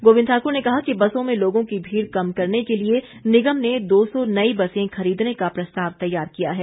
गोविंद ठाक्र ने कहा कि बसों में लोगों की भीड़ कम करने के लिए निगम ने दो सौ नई बसें खरीदने का प्रस्ताव तैयार किया है